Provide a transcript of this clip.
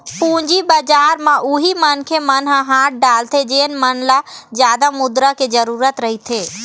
पूंजी बजार म उही मनखे मन ह हाथ डालथे जेन मन ल जादा मुद्रा के जरुरत रहिथे